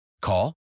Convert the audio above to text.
Call